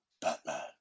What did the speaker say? Batman